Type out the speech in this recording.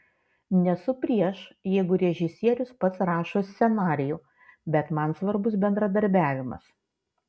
nesu prieš jeigu režisierius pats rašo scenarijų bet man svarbus bendradarbiavimas